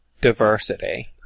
diversity